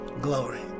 Glory